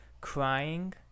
crying